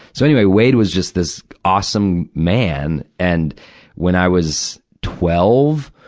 so, anyway, wade was just this awesome man. and when i was twelve,